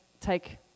take